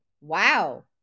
wow